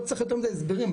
לא צריך יותר מדיי הסברים,